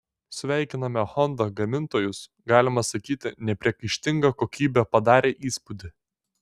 sveikiname honda gamintojus galima sakyti nepriekaištinga kokybė padarė įspūdį